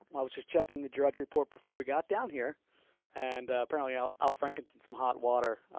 um i was just checking the drudge report before we got down here and apparently, al al franken's in some hot water.